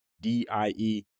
D-I-E